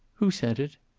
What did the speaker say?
who sent it?